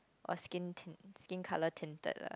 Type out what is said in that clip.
or skin tint skin colour tinted lah